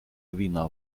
kvina